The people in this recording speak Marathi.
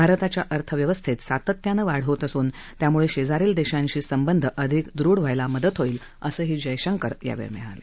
भारताच्या अर्थव्यवस्थेत सातत्यानं वाढ होत असून त्यामुळे शेजारील देशांशी संबंध अधिक दृढ व्हायला मदत होईल असं जयशंकर यांनी सांगितलं